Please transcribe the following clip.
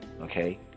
Okay